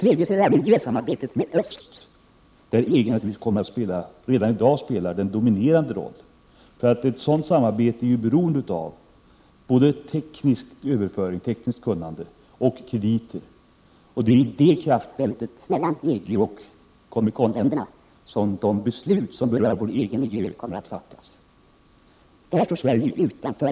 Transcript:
Vidare har vi miljösamarbetet med öst, där EG redan i dag spelar en dominerande roll. Ett sådant samarbete är ju beroende både av överföring av tekniskt kunnande och av krediter. Det är i kraftfältet mellan EG och Comecon-länderna som viktiga beslut som rör vår egen miljö kommer att fattas. Här står Sverige utanför.